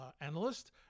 analyst